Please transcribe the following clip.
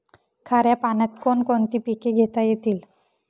खाऱ्या पाण्यात कोण कोणती पिके घेता येतील?